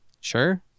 sure